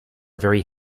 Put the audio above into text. very